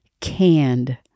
canned